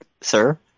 sir